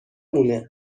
مونه